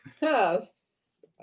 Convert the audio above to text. Yes